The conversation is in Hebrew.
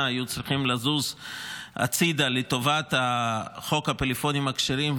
היו צריכים לזוז הצידה לטובת חוק הפלאפונים הכשרים,